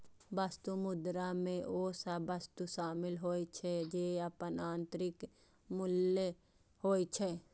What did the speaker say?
वस्तु मुद्रा मे ओ सभ वस्तु शामिल होइ छै, जेकर अपन आंतरिक मूल्य होइ छै